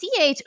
CH